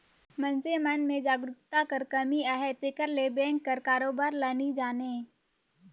मइनसे मन में जागरूकता कर कमी अहे तेकर ले बेंक कर कारोबार ल नी जानें